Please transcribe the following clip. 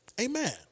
Amen